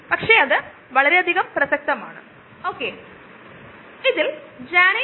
ഒരുപാട് വ്യവസായങ്ങളിൽ ഈ സ്റ്റിർഡ് ടാങ്ക് ബയോറിയാക്ടർ ഉപയോഗിക്കുന്നു